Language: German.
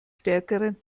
stärkeren